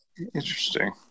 Interesting